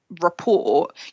report